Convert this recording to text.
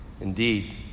Indeed